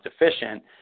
efficient